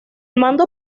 mando